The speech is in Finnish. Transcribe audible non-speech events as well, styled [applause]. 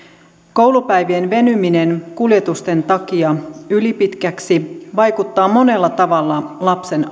koulupäivien venyminen kuljetusten takia ylipitkiksi vaikuttaa monella tavalla lapsen [unintelligible]